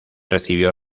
recibió